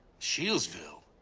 shieldville?